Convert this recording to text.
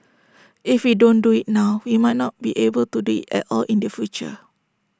if we don't do IT now we might not be able do IT at all in the future